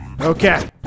okay